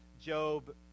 Job